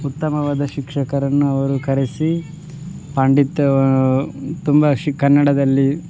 ಉತ್ತಮವಾದ ಶಿಕ್ಷಕರನ್ನು ಅವರು ಕರೆಸಿ ಪಾಂಡಿತ್ಯ ತುಂಬ ಶಿ ಕನ್ನಡದಲ್ಲಿ